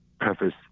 preface